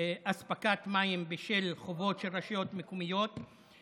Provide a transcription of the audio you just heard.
אספקת מים בשל חובות של רשויות מקומיות).